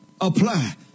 apply